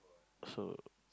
so